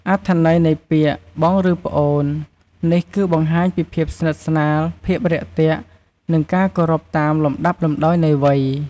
អត្ថន័យនៃពាក្យ បងឬប្អូន នេះ គឺ បង្ហាញពីភាពស្និទ្ធស្នាល ភាពរាក់ទាក់ និងការគោរពតាមលំដាប់លំដោយនៃវ័យ។